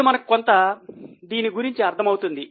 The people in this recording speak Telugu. అప్పుడు మనకు కొంత దీని గురించి అర్థమవుతుంది